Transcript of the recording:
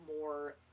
more